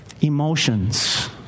emotions